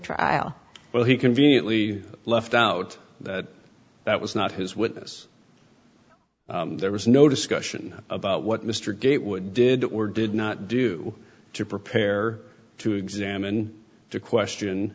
trial well he conveniently left out that that was not his witness there was no discussion about what mr gatewood did or did not do to prepare to examine to question